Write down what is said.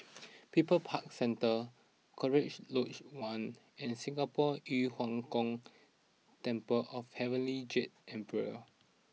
People's Park Centre Cochrane Lodge One and Singapore Yu Huang Gong Temple of Heavenly Jade Emperor